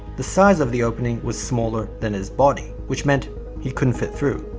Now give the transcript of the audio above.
the size of the opening was smaller than his body, which meant he couldn't fit through,